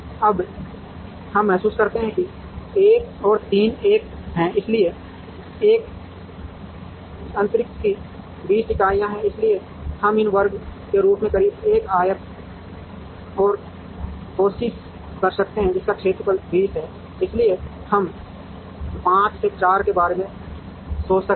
अब हम महसूस करते हैं कि 1 और 3 एक है इसलिए एक अंतरिक्ष की 20 इकाइयाँ हैं इसलिए हम एक वर्ग के रूप में करीब एक आयत और कोशिश कर सकते हैं जिसका क्षेत्रफल 20 है इसलिए हम 5 से 4 के बारे में सोच सकते हैं